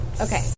Okay